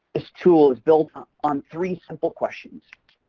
this tool is built on on three simple questions